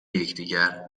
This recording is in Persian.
یکدیگر